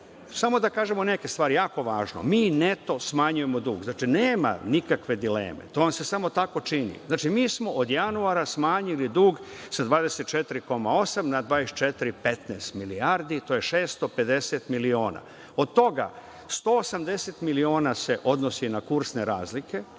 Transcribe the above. samo da kažemo neke stvari, jako važno. Mi neto smanjujemo dugo, znači, nema nikakve dileme, to vam se samo tako čini. Mi smo od januara smanjili dug sa 24,8 na 24,15 milijardi, to je 650 miliona. Od toga, 180 miliona se odnosi na kursne razlike,